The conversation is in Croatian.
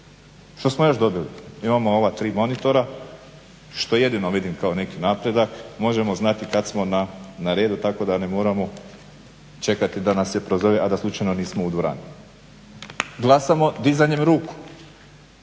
Što smo još dobili? Imamo ova 3 monitora, što jedino vidim kao neki napredak, možemo znati kad smo na redu tako da ne moramo čekati da nas se prozove, a da slučajno nismo u dvorani. Glasamo dizanjem ruku,